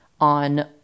on